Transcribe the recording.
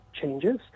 changes